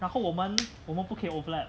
然后我们我们不可以 overlap